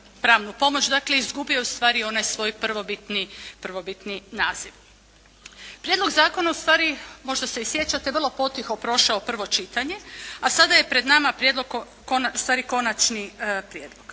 dakle izgubio je ustvari onaj svoj prvobitni naziv. Prijedlog zakona ustvari, možda se i sjećate vrlo potiho prošao prvo čitanje, a sada je pred nama Konačni prijedlog.